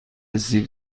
سیب